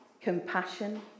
compassion